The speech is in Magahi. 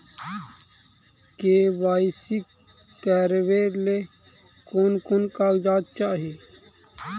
के.वाई.सी करावे ले कोन कोन कागजात चाही?